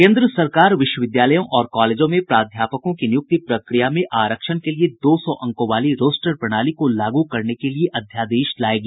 केन्द्र सरकार विश्वविद्यालयों और कॉलेजों में प्राध्यापकों की नियुक्ति प्रक्रिया में आरक्षण के लिए दो सौ अंकों वाली रोस्टर प्रणाली को लागू करने के लिये अध्यादेश लायेगी